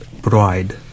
bride